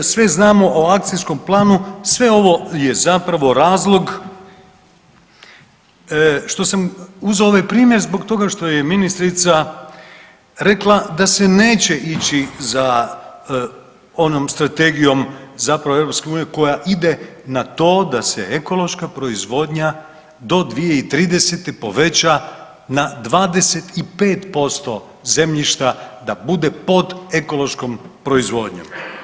Sve znamo o akcijskom planu, sve ovo je zapravo razlog što sam uzeo ovaj primjer zbog toga što je ministrica rekla da se neće ići za onom strategijom zapravo EU koja ide na to da se ekološka proizvodnja do 2030.poveća na 25% zemljišta da bude pod ekološkom proizvodnjom.